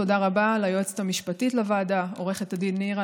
תודה רבה ליועצת המשפטית לוועדה עו"ד נירה